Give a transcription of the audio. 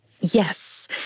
Yes